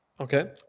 okay